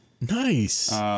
Nice